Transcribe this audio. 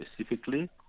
specifically